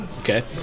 Okay